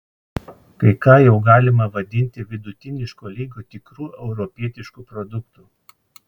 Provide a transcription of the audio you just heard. kai ką jau galima vadinti vidutiniško lygio tikru europietišku produktu